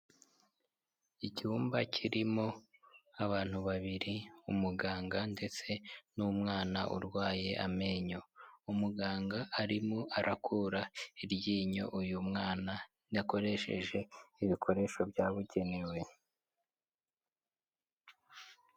Icyumba kirimo abantu babiri umuganga ndetse n'umwana urwaye amenyo, umuganga arimo arakura iryinyo uyu mwana akoresheje ibikoresho byabugenewe.